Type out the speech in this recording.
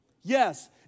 Yes